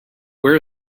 where